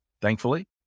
thankfully